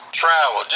travel